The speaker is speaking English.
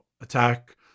attack